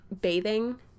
bathing